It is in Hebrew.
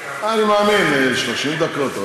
אני מאמין ש-30 דקות.